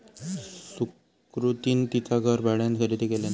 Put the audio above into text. सुकृतीन तिचा घर भाड्यान खरेदी केल्यान